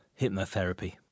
Hypnotherapy